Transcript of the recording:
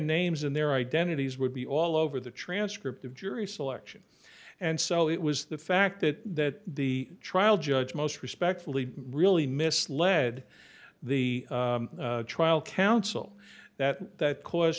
names and their identities would be all over the transcript of jury selection and so it was the fact that that the trial judge most respectfully really misled the trial counsel that that clause